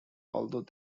although